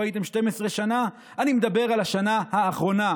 הייתם 12 שנה"; אני מדבר על השנה האחרונה,